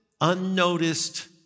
unnoticed